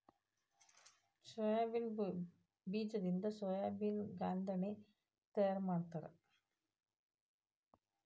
soybean ಬೇಜದಿಂದ soybean ಗಾಂದೆಣ್ಣಿ ತಯಾರ ಮಾಡ್ತಾರ